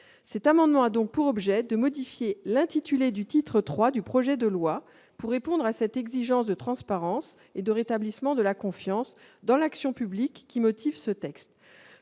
Cet amendement a donc pour objet de modifier l'intitulé du titre III du projet de loi, pour répondre à l'exigence de transparence et de rétablissement de la confiance dans l'action publique. La parole est